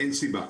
אין סיבה.